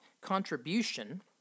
contribution